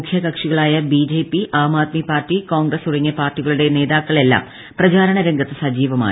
മുഖ്യ കക്ഷികളായ B J P Aam Aadmi party Congress തുടങ്ങിയ പാർട്ടികളുടെ നേതാക്കളെല്ലാം പ്രചാരണ രംഗത്ത് സജീവമാണ്